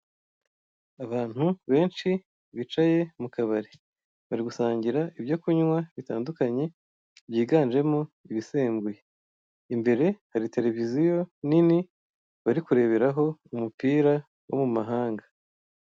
Abantu benshi bicaye mu kabari, bari gusangira ibyo kunywa bitandukanye byigenjemo ibisembuye, imbere hari televiziyo nini, bari kureberaho umupira wo mu mahanga.